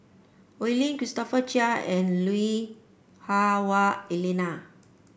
Oi Lin Christopher Chia and Lui Hah Wah Elena